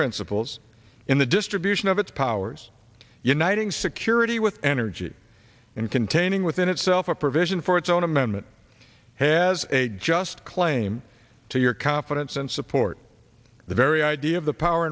principles in the distribution of its powers uniting security with energy and containing within itself a provision for its own amendment has a just claim to your confidence and support the very idea of the power